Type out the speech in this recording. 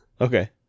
Okay